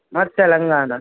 మాది తెలంగాణ